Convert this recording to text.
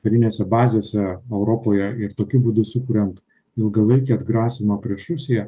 karinėse bazėse europoje ir tokiu būdu sukuriant ilgalaikę atgrasymo prieš rusiją